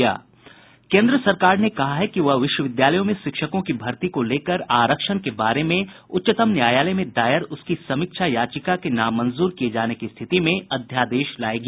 केन्द्र सरकार ने कहा है कि वह विश्वविद्यालयों में शिक्षकों की भर्ती को लेकर आरक्षण के बारे में उच्चतम न्यायालय में दायर उसकी समीक्षा याचिका के नामंजूर किये जाने की स्थिति में अध्यादेश लाएगी